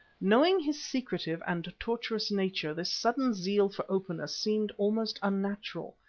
knowing his secretive and tortuous nature, this sudden zeal for openness seemed almost unnatural.